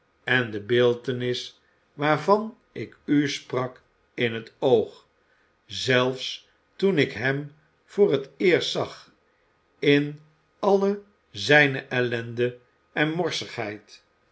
en de beeltenis waarvan ik u sprak in het oog zelfs toen ik hem voor het eerst zag in al zijne ellende en